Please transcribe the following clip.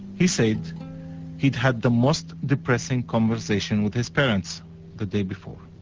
he said he'd had the most depressing conversation with his parents the day before.